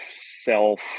self